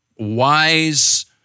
wise